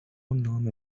نام